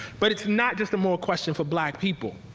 but it's not just a moral question for black people.